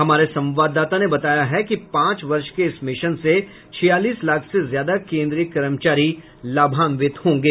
हमारे संवाददाता ने बताया है कि पांच वर्ष के इस मिशन से छियालीस लाख से ज्यादा केन्द्रीय कर्मचारी लाभांवित होंगे